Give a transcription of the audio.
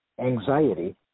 anxiety